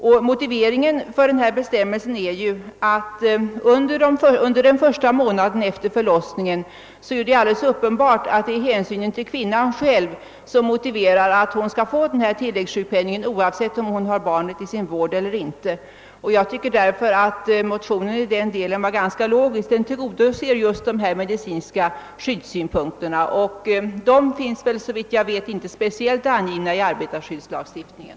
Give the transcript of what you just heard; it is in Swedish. Det är emellertid uppenbart att det är hänsynen till kvinnan själv under den första månaden efter förlossningen som motiverar att hon skall få tilläggssjukpenning oavsett om hon har barnet i sin vård eller inte. Jag tycker därför att motionen i den delen var ganska logisk. Den tillgodoser just de medicinska skyddssynpunkterna, och dessa finns i det här nämnda avseendet såvitt jag vet inte speciellt angivna i arbetarskyddslagstiftningen.